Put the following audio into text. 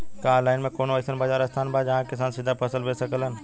का आनलाइन मे कौनो अइसन बाजार स्थान बा जहाँ किसान सीधा फसल बेच सकेलन?